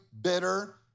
bitter